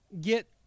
get